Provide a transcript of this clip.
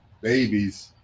babies